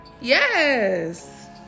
Yes